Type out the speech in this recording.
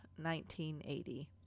1980